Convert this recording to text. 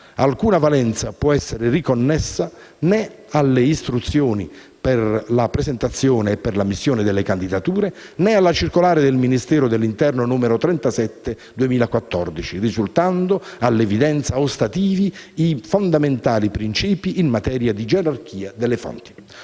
alcuna valenza può essere riconnessa né alle istruzioni per la presentazione e per l'ammissione delle candidature, né alla circolare del Ministero dell'Interno n. 37 del 16 settembre 2014, risultando all'evidenza ostativi i fondamentali principi in materia di gerarchia delle fonti;